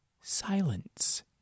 Silence